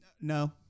no